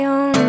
on